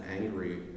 angry